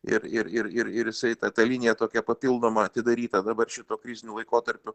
ir ir ir ir ir jisai ta ta linija tokia papildoma atidaryta dabar šituo kriziniu laikotarpiu